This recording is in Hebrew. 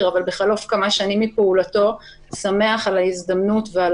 אבל בחלוף כמה שנים מפעולתו הוא שמח על ההזדמנות ועל